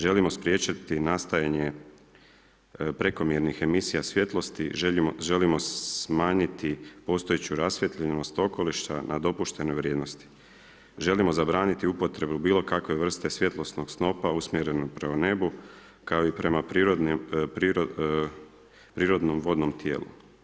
Želimo spriječiti nastajanje prekomjernih emisija svjetlosti, želimo smanjiti postojeću rasvijetljenost okoliša na dopuštene vrijednosti, želimo zabraniti upotrebu bilo kakve vrste svjetlosnog snopa usmjerenu prema nebu kao i prema prirodnom vodnom tijelu.